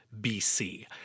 BC